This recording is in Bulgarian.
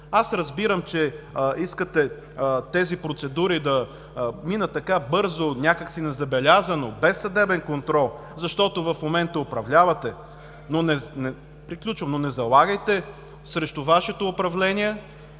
Аз разбирам, че искате тези процедури да минат така – бързо някак си, незабелязано, без съдебен контрол, защото в момента управлявате, но не залагайте срещу Вашето управление